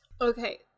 okay